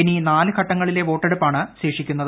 ഇനി നാല് ഘട്ടങ്ങളിലെ വോട്ടെടുപ്പാണ് ശേഷിക്കുന്നത്